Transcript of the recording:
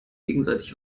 gegenseitig